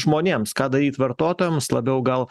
žmonėms ką daryt vartotojams labiau gal